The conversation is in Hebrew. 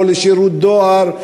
לא כשירות דואר,